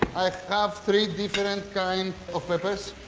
have three different kinds of peppers.